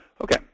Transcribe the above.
Okay